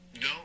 no